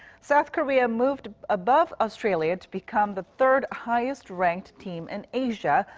south korea moved above australia to become the third-highest ranked team in asia,